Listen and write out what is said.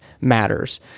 matters